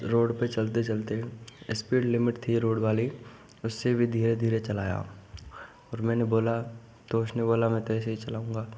road पे चलते चलते स्पीड लिमिट थी रोड वाली उससे भी धीरे धीरे चलाया फिर मैंने बोला तो उसने बोला मैं तो ऐसे ही चलाऊँगा